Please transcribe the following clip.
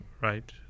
right